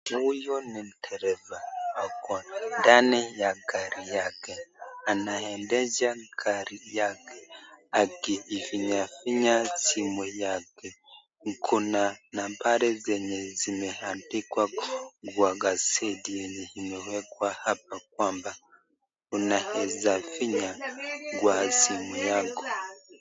Huyu ni ndereva ako ndani ya gari yake anendedha gari yake akivinyavinya simu yake, kuna nambari zenye zimeandikwa kwa kazeti yenye imewekwa hapa kwamba unaeza vinya kwa simu yako .